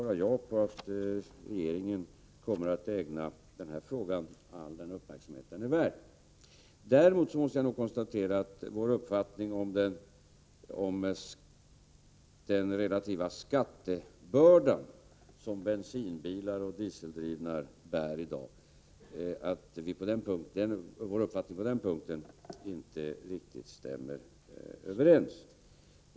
Regeringen kommer att ägna den här frågan all den uppmärksamhet som den är värd. Jag måste dock konstatera att vår uppfattning inte riktigt stämmer överens när det gäller den relativa skattebörda som bensindrivna resp. dieseldrivna bilar i dag bär.